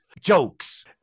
jokes